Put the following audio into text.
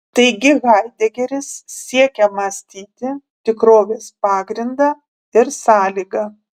taigi haidegeris siekia mąstyti tikrovės pagrindą ir sąlygą